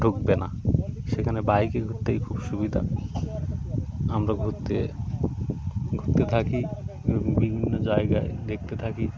ঢুকবে না সেখানে বাইকে ঘুততেই খুব সুবিধা আমরা ঘুরতে ঘুরতে থাকি বিভিন্ন জায়গায় দেখতে থাকি